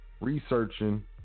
researching